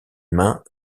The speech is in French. mains